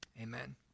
amen